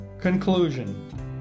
Conclusion